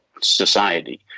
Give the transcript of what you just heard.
society